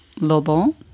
Lobo